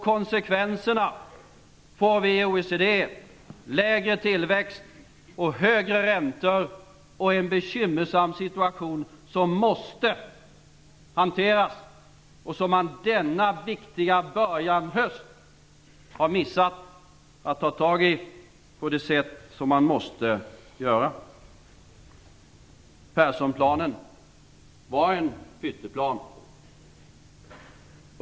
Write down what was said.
Konsekvenserna framgår av OECD:s rapport - lägre tillväxt, högre räntor och en bekymmersam situation som måste hanteras och som man denna viktiga höst har missat att ta tag i på det sätt som man måste göra. Perssonplanen var en pytteplan.